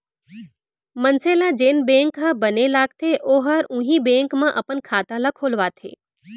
मनसे ल जेन बेंक ह बने लागथे ओहर उहीं बेंक म अपन खाता ल खोलवाथे